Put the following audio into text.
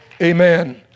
Amen